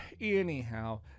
anyhow